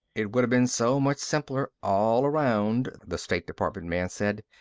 it would have been so much simpler all around, the state department man said,